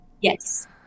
yes